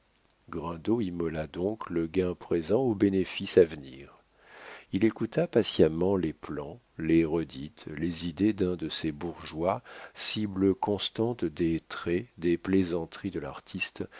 donc le gain présent aux bénéfices à venir il écouta patiemment les plans les redites les idées d'un de ces bourgeois cible constante des traits des plaisanteries de l'artiste